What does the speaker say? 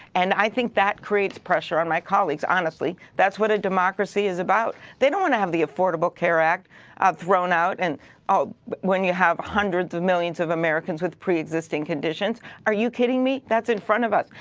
and i think that creates pressure on my colleague, honestly, thats what a democracy is about. they dont want the affordable care act thrown out and ah when you have hundreds of millions of americans with pre-existing conditions. are you kidding me? thats in front of us.